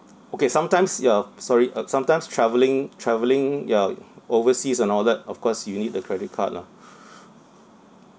okay sometimes ya sorry uh sometimes travelling travelling ya overseas and all that of course you need a credit card lah